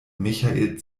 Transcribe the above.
michael